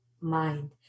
mind